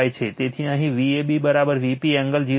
તેથી અહીં Vab Vp angle 0 line voltage આપેલ છે